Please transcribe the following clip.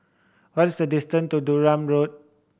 what is the distant to Durham Road